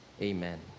Amen